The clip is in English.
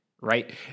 right